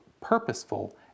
purposeful